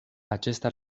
acesta